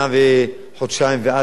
ממילא לא צריך לתקן את החוק,